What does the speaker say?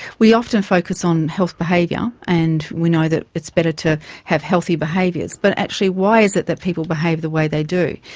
we often focus on health behaviour, and we know that it's better to have healthy behaviours. but actually why is it that people behave the way they do?